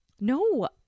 No